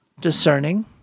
discerning